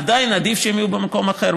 עדיין עדיף שהן יהיו במקום אחר.